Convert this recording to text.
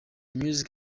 music